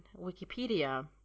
wikipedia